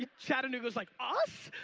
ah chattanooga is like, us?